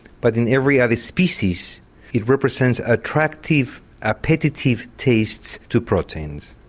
but in every other species it represents attractive appetitive tastes to proteins.